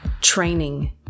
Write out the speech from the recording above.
training